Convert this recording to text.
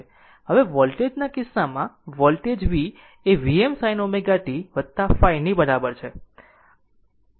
હવે વોલ્ટેજ ના કિસ્સામાં વોલ્ટેજ v એ Vm sin ω t ϕ ની બરાબર છે